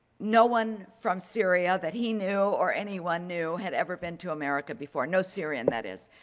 no one from syria that he knew or anyone knew had ever been to america before, no syrian that is.